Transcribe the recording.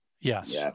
yes